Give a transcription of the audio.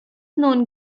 known